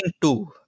two